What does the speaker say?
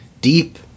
deep